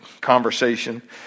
conversation